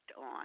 on